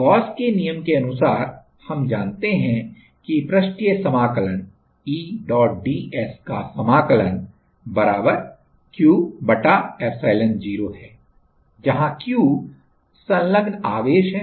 Gauss के नियम के अनुसार हम जानते हैं कि पृष्ठीय समाकलन E ds का समाकलन Q epsilon0 है जहाँ Q संलग्न आवेश है